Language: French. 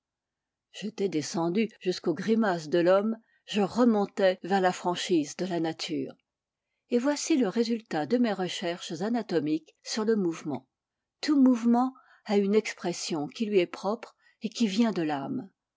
j'étais descendu jusqu'aux grimaces de l'homme je remontai vers la franchise de la nature et voici le résultat de mes recherches anatomiques sur le mouvement tout mouvement a une expression qui lui est propre et qui vient de l'âme